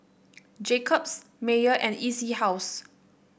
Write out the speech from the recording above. Jacob's Mayer and E C House